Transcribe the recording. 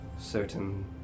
Certain